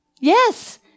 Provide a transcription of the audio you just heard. Yes